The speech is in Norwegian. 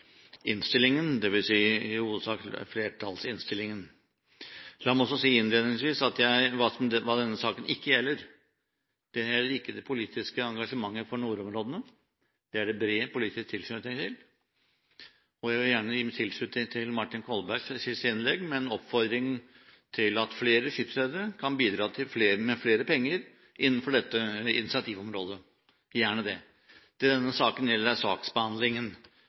innstillingen, dvs. i hovedsak flertallsinnstillingen. La meg også si innledningsvis hva denne saken ikke gjelder. Den gjelder ikke det politiske engasjementet for nordområdene – det er det bred politisk tilslutning til. Jeg vil gjerne gi min tilslutning til Martin Kolbergs siste innlegg, med en oppfordring til at flere skipsredere kan bidra med flere penger innenfor dette initiativområdet – gjerne det. Det denne saken gjelder, er saksbehandlingen,